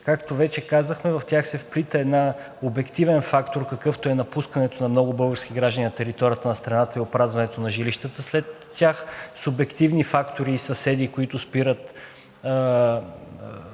Както вече казахме, в тях се вплита един обективен фактор, какъвто е напускането на много български граждани на територията на страната и опразването на жилищата след тях, субективни фактори и съседи, които спират